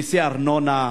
מסי ארנונה,